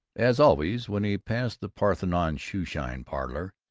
as always when he passed the parthenon shoe shine parlor,